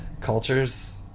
cultures